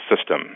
System